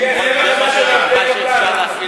תודה.